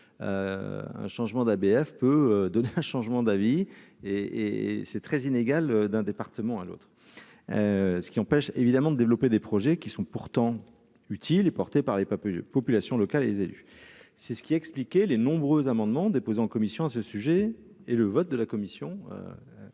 un changement d'ABF peut donner un changement d'avis et et c'est très inégal d'un département à l'autre, ce qui empêche évidemment de développer des projets qui sont pourtant utile et porté par les papes population locale et les élus, c'est ce qui a expliqué les nombreux amendements déposés en commission à ce sujet et le vote de la commission